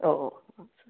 ഓ ഓ ഓ ശരി